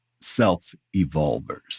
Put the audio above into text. self-evolvers